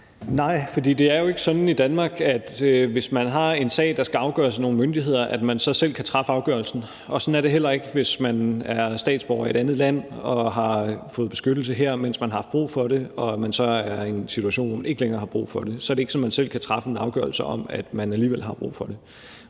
Nej, for det er jo ikke sådan i Danmark, at man, hvis man har en sag, der skal afgøres af nogle myndigheder, så selv kan træffe afgørelsen, og sådan er det heller ikke, hvis man er statsborger i et andet land og har fået beskyttelse her, mens man har haft brug for det, og man så er i en situation, hvor man ikke længere har brug for det. Så er det ikke sådan, at man selv kan træffe en afgørelse om, at man alligevel har brug for det,